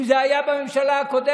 אם זה היה בממשלה הקודמת,